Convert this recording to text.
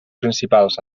principals